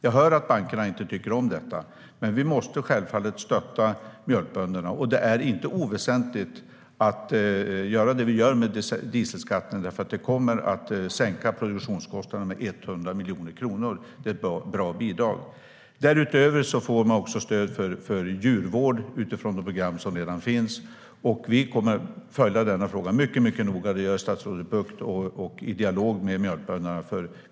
Jag hör att bankerna inte tycker om detta. Men vi måste självfallet stötta mjölkbönderna. Det är inte oväsentligt att göra det vi gör med dieselskatten. Det kommer att sänka produktionskostnaderna med 100 miljoner kronor. Det är ett bra bidrag. Därutöver får de också stöd för djurvård utifrån de program som redan finns. Vi kommer att följa denna fråga mycket noga. Det gör statsrådet Bucht i dialog med mjölkbönderna.